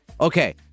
okay